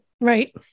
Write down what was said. Right